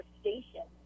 station